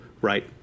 Right